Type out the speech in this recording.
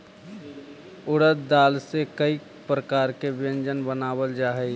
उड़द दाल से कईक प्रकार के व्यंजन बनावल जा हई